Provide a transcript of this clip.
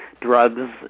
drugs